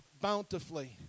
bountifully